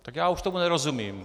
Tak já už tomu nerozumím.